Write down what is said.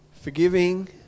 forgiving